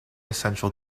central